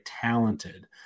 talented